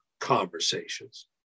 conversations